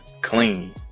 clean